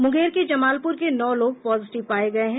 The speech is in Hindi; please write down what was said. मुंगेर के जमालपुर के नौ लोग पॉजिटिव पाये गये हैं